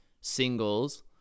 singles